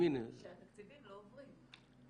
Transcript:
שהתקציבים לא עוברים.